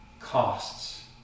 costs